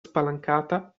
spalancata